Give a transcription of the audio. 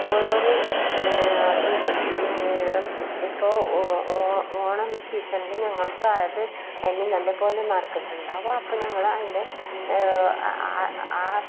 ഓരോരോ ഇതിൽ ഇപ്പോൾ ഓണം സീസണിൽ ഞങ്ങൾക്ക് അത് അതിന് നല്ല പോലെ മാർക്കറ്റുണ്ടാകും അപ്പോൾ ഞങ്ങൾ അതിനെ ആ